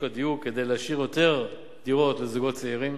הדיור כדי להשאיר יותר דירות לזוגות צעירים